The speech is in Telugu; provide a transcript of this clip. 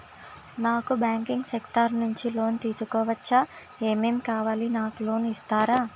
నాకు బ్యాంకింగ్ సెక్టార్ నుంచి లోన్ తీసుకోవచ్చా? ఏమేం కావాలి? నాకు లోన్ ఇస్తారా?